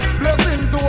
blessings